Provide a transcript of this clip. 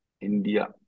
India